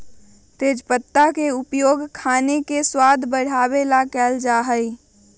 तेजपत्ता के उपयोग खाने के स्वाद बढ़ावे ला कइल जा हई